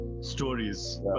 stories